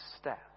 step